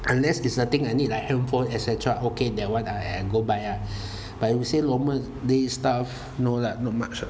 unless it's a thing I need like handphone et cetera okay that [one] I can go buy ah but you say normal day stuff no lah not much